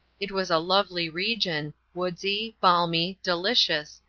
it was a lovely region, woodsy, balmy, delicious,